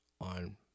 on